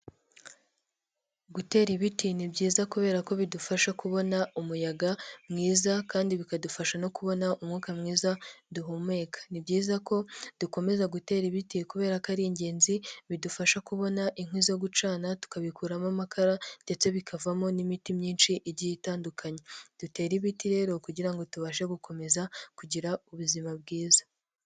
Gutera ibiti ni byiza kubera ko bidufasha kubona umuyaga mwiza, kandi bikadufasha no kubona umwuka mwiza duhumeka. Ni byiza ko dukomeza gutera ibiti kubera ko ari ingenzi, bidufasha kubona inkwi zo gucana tukabikuramo amakara, ndetse bikavamo n'imiti myinshi igiye itandukanye. Dutere ibiti rero kugira ngo tubashe gukomeza kugira ubuzima bwiza.